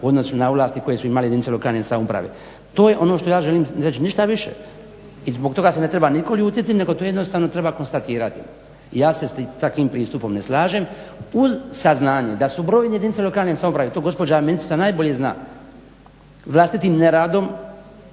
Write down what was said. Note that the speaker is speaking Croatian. odnosu na ovlasti koje su imale jedinice lokalne samouprave. To je ono što ja želim reći, ništa više. I zbog toga se ne treba nitko ljutiti nego to jednostavno treba konstatirati. Ja se s takvim pristupom ne slažem. Uz saznanje da su brojne jedinice lokalne samouprave, to gospođa ministrica najbolje zna, vlastitim neradom,